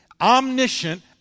omniscient